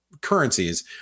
currencies